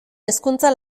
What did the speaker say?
hezkuntza